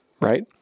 right